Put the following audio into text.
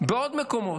בעוד מקומות.